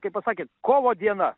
kai pasakėt kovo diena